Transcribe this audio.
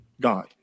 God